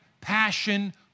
passion